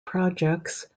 projects